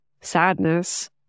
sadness